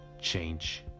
change